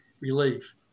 relief